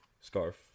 scarf